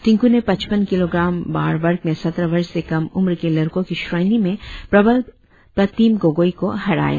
टिंक् ने पचपन किलोग्राम भार वर्ग में सत्रह वर्ष से कम उम्र के लड़कों की श्रेणी में प्रबल प्रतिम गोगोई को हराया